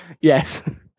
Yes